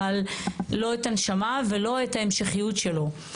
אבל לא את הנשמה ולא את ההמשכיות שלו.